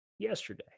yesterday